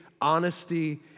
honesty